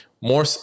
More